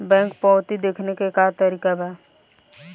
Bank पवती देखने के का तरीका बा?